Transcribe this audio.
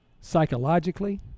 psychologically